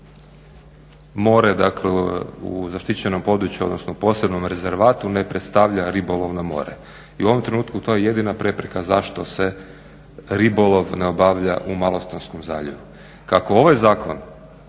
u ovom trenutku to je jedina prepreka zašto se ribolov ne obavlja u Malostonskom zaljevu.